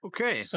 Okay